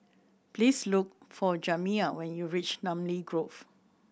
please look for Jamiya when you reach Namly Grove